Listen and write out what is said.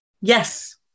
Yes